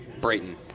Brayton